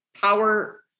power